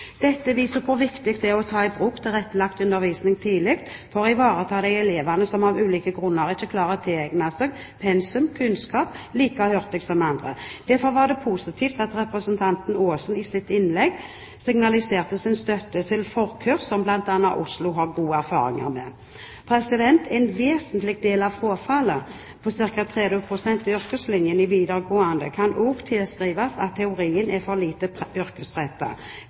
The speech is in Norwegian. Dette viser at det er viktig å ta i bruk tilrettelagt undervisning tidlig for å ivareta de elevene som av ulike grunner ikke klarer å tilegne seg pensum/kunnskap like hurtig som andre. Derfor var det positivt at representanten Aasen i sitt innlegg signaliserte sin støtte til forkurs, som bl.a. Oslo har gode erfaringer med. En vesentlig del av frafallet på ca. 30 pst. ved yrkeslinjene i videregående kan også tilskrives at teorien er for lite